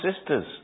sisters